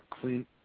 clean